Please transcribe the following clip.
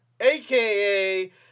aka